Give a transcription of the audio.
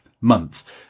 month